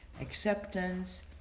acceptance